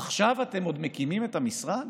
עכשיו אתם עוד מקימים את המשרד?